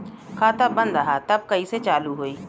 खाता बंद ह तब कईसे चालू होई?